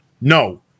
no